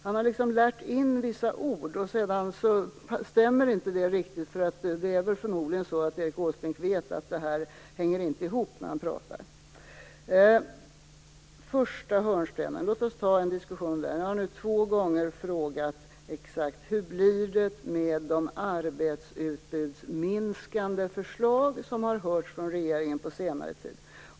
Han har lärt in vissa ord, och sedan stämmer det inte riktigt. Det är väl förmodligen så att Erik Åsbrink vet att det här inte hänger ihop när han pratar. Låt oss ta en diskussion om första hörnstenen. Jag har nu två gånger frågat: Exakt hur blir det med de arbetsutbudsminskande förslag som har hörts från regeringen på senare tid?